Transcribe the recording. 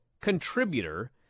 contributor